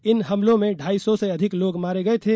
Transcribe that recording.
इन हमलों में ढाई सौ से अधिक लोग मारे गए थे